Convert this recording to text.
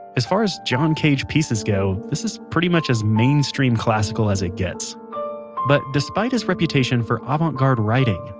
as far as john cage pieces go, this is pretty much as mainstream classical as it gets but despite his reputation for avante um ah garde writing,